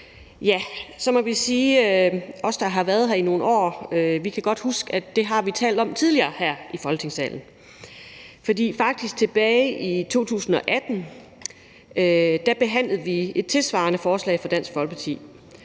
så må vi sige, at os, der har været her i nogle år, godt kan huske, at det har vi talt om tidligere her i Folketingssalen. For tilbage i 2018 behandlede vi faktisk et tilsvarende forslag fra Dansk Folkeparti.